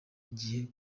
igihe